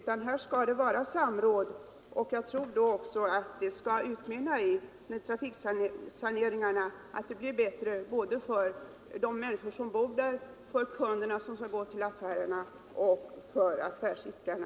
Samråd skall förekomma, och jag tror att trafiksaneringarna då också kommer att leda till bättre förhållanden för de människor som bor i området, för kunderna som skall gå till affärerna och för affärsidkarna.